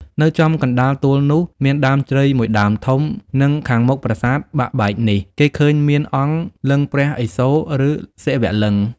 នៅចំកណ្តាលទួលនោះ មានដើមជ្រៃមួយដើមធំ និង ខាងមុខប្រាសាទបាក់បែកនេះ គេឃើញមានអង្គ (លិង្គព្រះឥសូរ ឬ សិវលិង្គ) ។